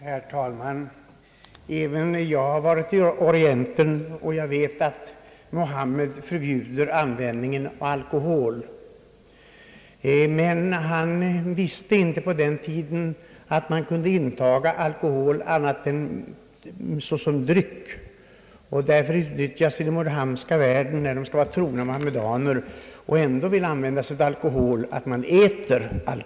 Herr talman! Även jag har varit i Orienten. Jag vet, att koranen förbjuder användning av alkohol, men Muhammed visste inte att man kunde intaga alkohol på annat sätt än som dryck; därför gör man så i den muhammedanska världen, när man skall vara en trogen muhammedan men ändå vill begagna alkohol, att man äter alkohol.